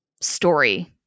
story